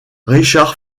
richard